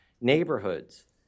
neighborhoods